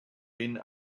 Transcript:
been